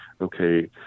okay